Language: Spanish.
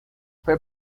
fue